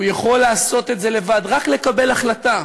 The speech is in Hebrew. הוא יכול לעשות את זה לבד, רק לקבל החלטה,